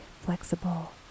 flexible